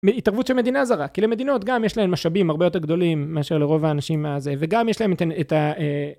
התערבות של מדינה זרה כי למדינות גם יש להן משאבים הרבה יותר גדולים מאשר לרוב האנשים מהזה וגם יש להם את הא... אה...